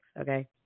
okay